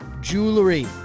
jewelry